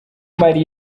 mali